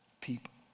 People